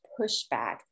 pushback